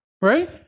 Right